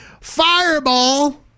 fireball